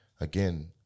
again